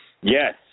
Yes